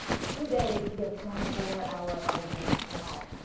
two days to give twenty four hour arguments. now,